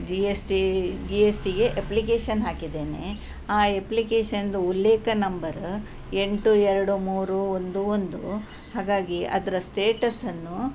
G S T G S ಟಿಗೆ application ಹಾಕಿದ್ದೇನೆ ಆ ಎಪ್ಲಿಕೇಷನ್ದು ಉಲ್ಲೇಖ ನಂಬರು ಎಂಟು ಎರಡು ಮೂರು ಒಂದು ಒಂದು ಹಾಗಾಗಿ ಅದರ ಸ್ಟೇಟಸ್ಸನ್ನು